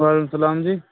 وعلیکم السلام جی